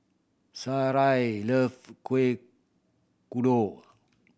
Sarai love Kuih Kodok